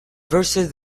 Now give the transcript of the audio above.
versus